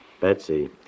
Betsy